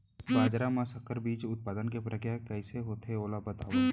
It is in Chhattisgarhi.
बाजरा मा संकर बीज उत्पादन के प्रक्रिया कइसे होथे ओला बताव?